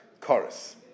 chorus